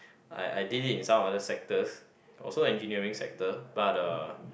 I I did it in some other sectors also engineering sector but uh